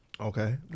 Okay